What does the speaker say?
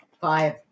Five